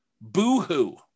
Boo-hoo